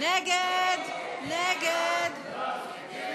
סעיפים 36 42,